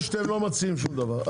אני רואה שאתם לא מציעים שום דבר.